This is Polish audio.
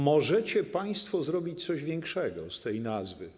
Możecie państwo zrobić coś większego z tej nazwy.